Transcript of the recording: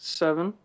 seven